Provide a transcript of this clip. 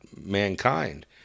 mankind